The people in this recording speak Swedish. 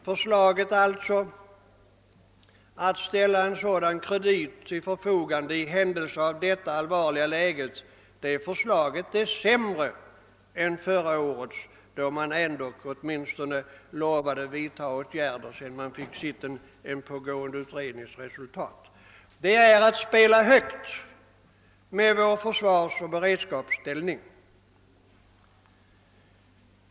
Förslaget att ställa en sådan kredit till förfogande i händelse av ett allvarligt läge är sämre än förra årets, då man åtminstone lovade vidtaga åtgärder sedan den pågående utredningens resultat förelåg. Detta är att spela högt med vår försvarsoch beredskapsställning.